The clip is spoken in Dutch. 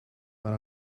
maar